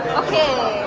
okay